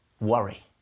worry